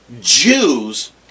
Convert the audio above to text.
Jews